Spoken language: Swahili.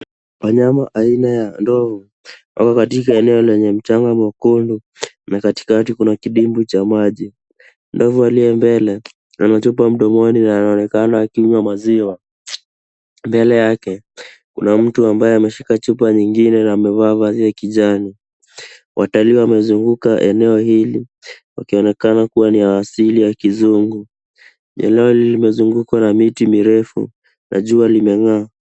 Wanyama aina ya ndovu wako katika eneo lenye mchanga mwekundu na katikati kuna kidimbwi cha maji. Ndovu aliye mbele ana chupa mdomoni na anaonekana akinywa maziwa. Mbele yake, kuna mtu ameshika chupa nyingine na amevaa vazi ya kijani. Watalii wamezunguka eneo hili wakionekana kuwa ni wa asili ya kizungu. Eneo hili limezungukwa na miti mirefu na jua limeng'aa.